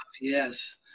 Yes